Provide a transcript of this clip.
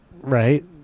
Right